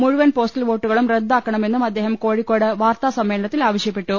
മുഴുവൻ പോസ്റ്റൽ വോട്ടുകളും റദ്ദാക്കണമെന്നും അദ്ദേഹം കോഴിക്കോട്ട് വാർത്താസമ്മേളനത്തിൽ ആവശ്യപ്പെട്ടു